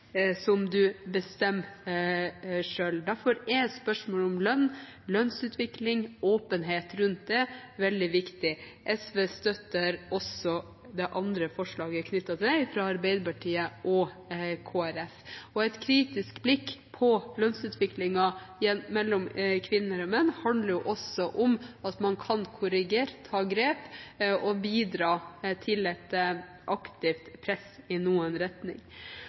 som man bestemmer selv. Derfor er spørsmålet om lønn, lønnsutvikling og åpenhet rundt det veldig viktig. SV støtter også det andre forslaget knyttet til det, fra Arbeiderpartiet og Kristelig Folkeparti. Et kritisk blikk på lønnsutviklingen mellom kvinner og menn handler også om at man kan korrigere og ta grep og bidra til et aktivt press i en retning.